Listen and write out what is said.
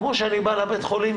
כמו שאני בא לבית-החולים,